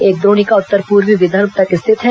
एक द्रोणिका उत्तरी पूर्वी विदर्भ तक स्थित है